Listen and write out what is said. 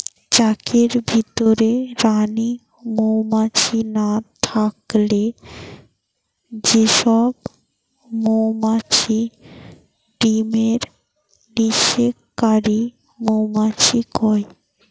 চাকের ভিতরে রানী মউমাছি না থাকলে যে সব মউমাছি ডিমের নিষেক কারি মউমাছি কয়